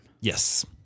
Yes